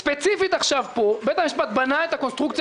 ספציפית עכשיו בית המשפט בנה פה את הקונסטרוקציה